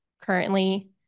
Currently